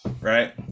right